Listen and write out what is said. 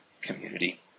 community